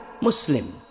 muslim